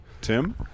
tim